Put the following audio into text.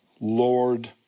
Lord